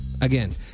Again